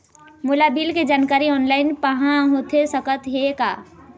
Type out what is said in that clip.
मोला बिल के जानकारी ऑनलाइन पाहां होथे सकत हे का?